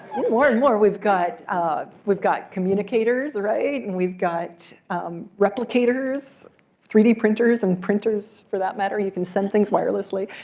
more and more, we've got um we've got communicators, right? and we've got replicators three d printers and printers, for that matter, you can send things wirelessly.